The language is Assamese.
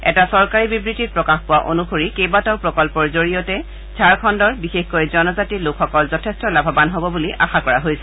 এটা চৰকাৰী বিবৃতিত প্ৰকাশ পোৱা অনুসৰি কেইবাটাও প্ৰকল্পৰ জৰিয়তে ঝাৰখণুৰ বিশেষকৈ জনজাতি লোকসকল যথেষ্ঠ লাভৱান হব বুলি আশা কৰা হৈছে